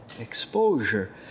exposure